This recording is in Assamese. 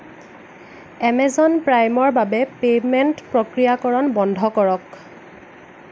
এমেজন প্ৰাইমৰ বাবে পে'মেণ্ট প্ৰক্ৰিয়াকৰণ বন্ধ কৰক